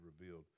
revealed